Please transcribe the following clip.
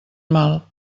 mal